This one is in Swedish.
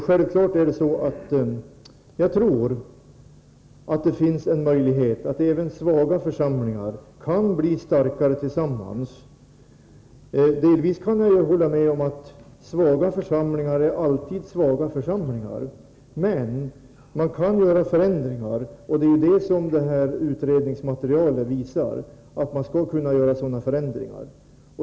Självfallet tror jag att det finns en möjlighet att även svaga församlingar kan bli starkare tillsammans. Delvis kan jag hålla med om att svaga församlingar alltid är svaga. Men man kan göra förändringar, och det här utredningsmaterialet visar att man kan göra det.